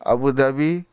Abu Dhabi